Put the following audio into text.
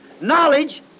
Knowledge